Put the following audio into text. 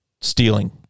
stealing